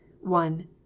one